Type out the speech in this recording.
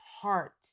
heart